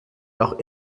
auch